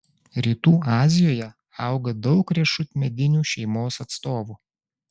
rytų azijoje auga daug riešutmedinių šeimos atstovų